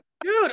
dude